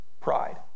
Pride